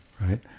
right